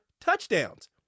touchdowns